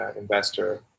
investor